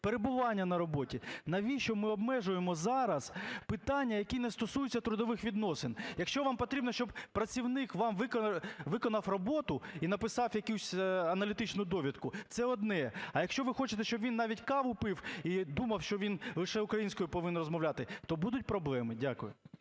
Перебування на роботі. Навіщо ми обмежуємо зараз питання, які не стосуються трудових відносин? Якщо вам потрібно, щоб працівник вам виконав роботу і написав якусь аналітичну довідку, це одне, а якщо ви хочете, щоб він навіть каву пив і думав, що він лише українською повинен розмовляти, то будуть проблеми. Дякую.